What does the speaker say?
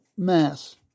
Mass